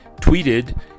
tweeted